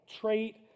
trait